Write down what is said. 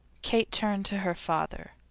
kate turned to her father.